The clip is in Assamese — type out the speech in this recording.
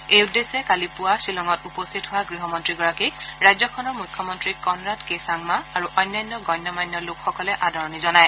এই উদ্দেশ্যে কালি পুৱা শ্বিলঙত উপস্থিত হোৱা গৃহমন্ত্ৰীগৰাকীক ৰাজ্যখনৰ মুখ্যমন্ত্ৰী কনৰাড কে চাংমা আৰু অন্যান্য গণ্যমান্য লোকসকলে আদৰণি জনায়